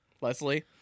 Leslie